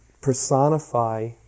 personify